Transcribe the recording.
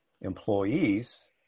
employees